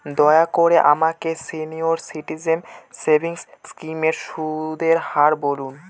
দয়া করে আমাকে সিনিয়র সিটিজেন সেভিংস স্কিমের সুদের হার বলুন